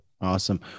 Awesome